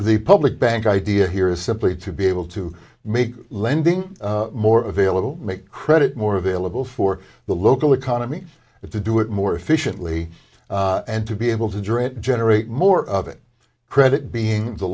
the public bank idea here is simply to be able to make lending more available make credit more available for the local economy to do it more efficiently and to be able to drip generate more of it credit being the